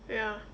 ya